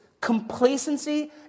Complacency